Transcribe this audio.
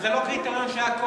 וזה לא קריטריון שהיה קודם.